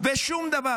שום דבר.